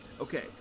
Okay